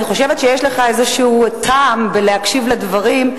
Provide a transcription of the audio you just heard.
אני חושבת שיש לך איזה טעם בלהקשיב לדברים.